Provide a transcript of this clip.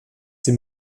sie